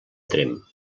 tremp